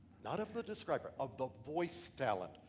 not of the describer, of the voice talent,